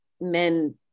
men